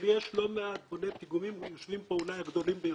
אבל יש לא מעט בוני פיגומים קטנים יושבים פה אולי הגדולים ביותר.